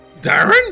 darren